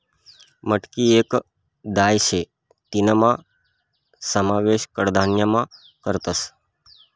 मटकी येक दाय शे तीना समावेश कडधान्यमा करतस